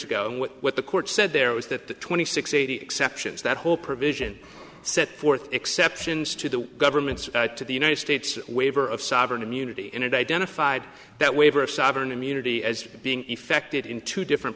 ago what the court said there was that the twenty six eighty exceptions that whole provision set forth exceptions to the government to the united states waiver of sovereign immunity in a den of fide that waiver of sovereign immunity as being effected in two different